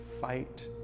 fight